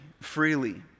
freely